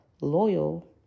loyal